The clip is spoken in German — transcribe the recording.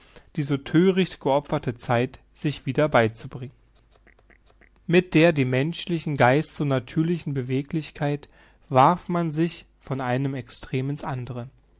die so thöricht geopferte zeit sich wieder beizubringen mit der dem menschlichen geist so natürlichen beweglichkeit warf man sich von einem extrem in's andere